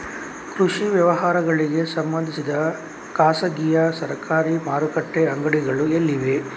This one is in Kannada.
ಕೃಷಿ ವ್ಯವಹಾರಗಳಿಗೆ ಸಂಬಂಧಿಸಿದ ಖಾಸಗಿಯಾ ಸರಕಾರಿ ಮಾರುಕಟ್ಟೆ ಅಂಗಡಿಗಳು ಎಲ್ಲಿವೆ?